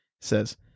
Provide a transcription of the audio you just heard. Says